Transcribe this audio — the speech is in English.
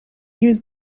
used